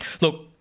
Look